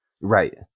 right